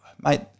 mate